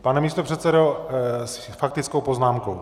Pane místopředsedo, s faktickou poznámkou?